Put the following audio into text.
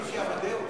מוישה אמדאוס גפני.